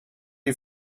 you